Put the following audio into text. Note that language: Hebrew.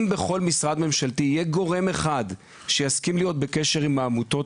אם בכל משרד ממשלתי יהיה גורם אחד שיסכים להיות בקשר עם העמותות,